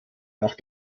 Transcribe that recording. nach